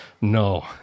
no